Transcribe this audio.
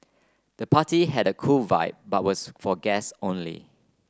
the party had a cool vibe but was for guests only